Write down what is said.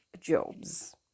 Jobs